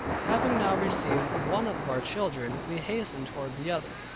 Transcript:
having now received one of our children, we hastened toward the other.